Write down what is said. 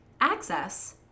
access